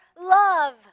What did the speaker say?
love